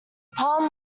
poem